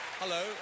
Hello